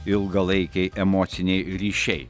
ilgalaikiai emociniai ryšiai